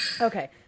Okay